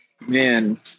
man